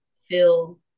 feel